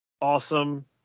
Awesome